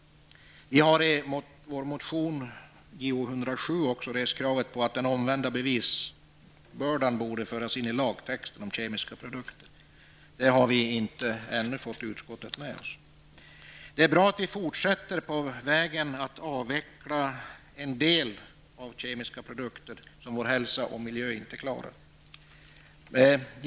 Vi har i vår motion Jou107 också rest kravet att den omnämnda bevisbördan borde föras in i lagtexten om kemiska produkter. Där har vi ännu ännu inte fått utskottet med oss. Det är bra att vi fortsätter på vägen att avveckla en del av de kemiska produkter som vår hälsa och miljö inte klarar.